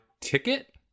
Ticket